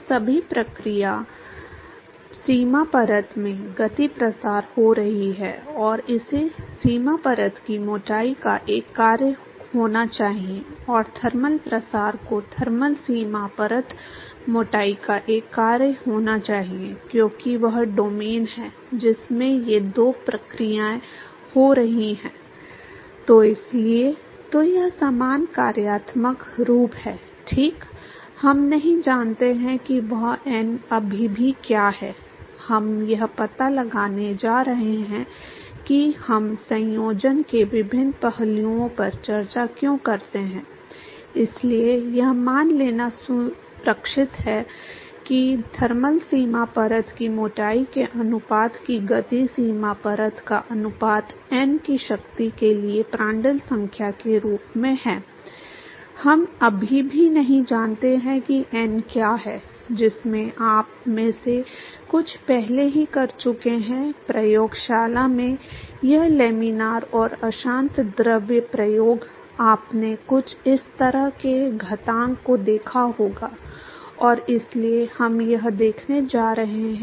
तो सभी प्रक्रिया सीमा परत में गति प्रसार हो रही है और इसे सीमा परत की मोटाई का एक कार्य होना चाहिए और थर्मल प्रसार को थर्मल सीमा परत मोटाई का एक कार्य होना चाहिए क्योंकि वह डोमेन है जिसमें ये दो प्रक्रियाएं हो रही हैं